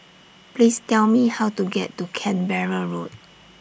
Please Tell Me How to get to Canberra Road